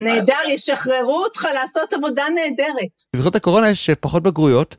נהדר, יששחררו אותך לעשות עבודה נהדרת. - בזכות הקורונה יש פחות בגרויות.